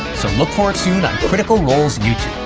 so look for it soon on critical role's youtube.